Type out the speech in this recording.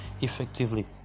effectively